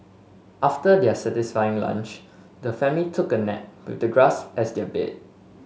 after their satisfying lunch the family took a nap with the grass as their bed